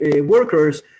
workers